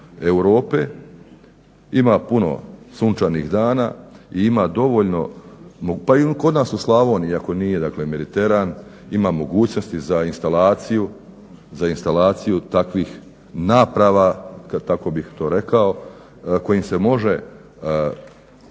ima puno sunčanih dana i ima dovoljno, pa i kod nas u Slavoniji iako nije Mediteran ima mogućnosti za instalaciju takvih naprava, tako bih to rekao, kojim se može